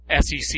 SEC